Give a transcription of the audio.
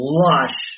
lush